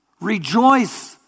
Rejoice